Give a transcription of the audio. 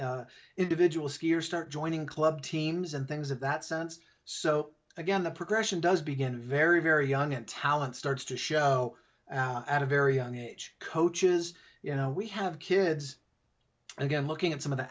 young individual skiers start joining club teams and things of that sense so again the progression does begin very very young and talent starts to show at a very young age coaches you know we have kids and again looking at some of the